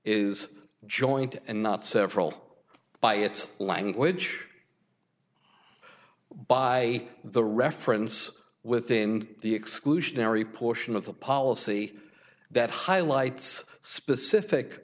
is joint and not several by its language by the reference within the exclusionary portion of the policy that highlights specific